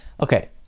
Okay